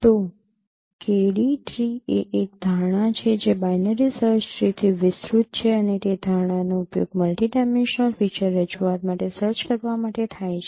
તો K D tree એ એક ધારણા છે જે બાઈનરી સર્ચ ટ્રી થી વિસ્તૃત છે અને તે ધારણાનો ઉપયોગ મલ્ટિ ડાયમેન્શનલ ફીચર રજૂઆત માટે સર્ચ કરવા માટે થાય છે